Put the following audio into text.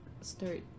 start